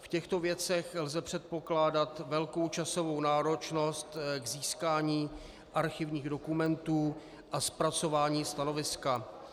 V těchto věcech lze předpokládat velkou časovou náročnost k získání archivních dokumentů a zpracování stanoviska.